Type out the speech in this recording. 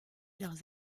leurs